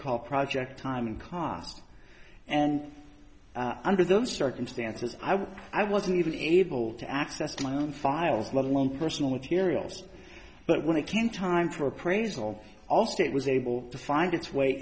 called project time cost and under those circumstances i was i wasn't even able to access my own files let alone personal materials but when it came time for appraisal allstate was able to find its way